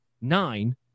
nine